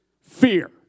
fear